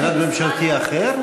משרד ממשלתי אחר?